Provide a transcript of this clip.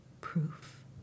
proof